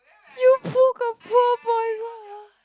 you broke a poor boy's heart